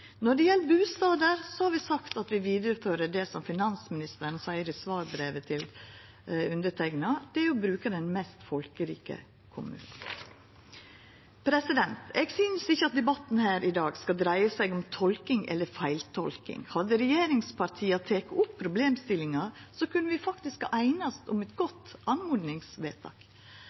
Når det gjeld bustader, har vi sagt at vi vidarefører det som finansministeren seier i svarbrevet til underteikna, og det er å bruka den mest folkerike kommunen. Eg synest ikkje at debatten her i dag skal dreia seg om tolking eller feiltolking. Hadde regjeringspartia teke opp problemstillinga, kunne vi faktisk ha einast om eit godt